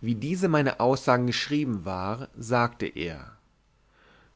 wie diese meine aussage geschrieben war sagte er